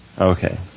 Okay